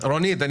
רונית,